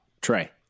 Trey